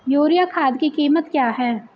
Urea खाद की कीमत क्या है?